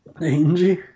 Angie